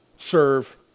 serve